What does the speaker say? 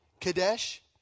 Kadesh